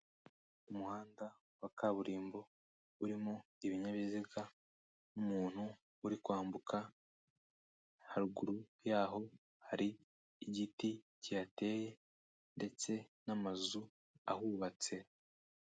Umuhanda wa kaburimbo urimo ibinyabiziga n'umuntu uri kwambuka, haruguru yaho hari igiti kihateye ndetse n'amazu ahubatse.